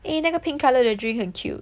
eh 那个 pink colour 的 drink 很 cute